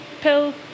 pill